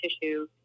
tissue